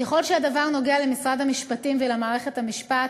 ככל שהדבר נוגע למשרד המשפטים ולמערכת המשפט,